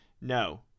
No